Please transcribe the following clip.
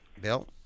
Bill